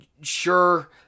Sure